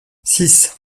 six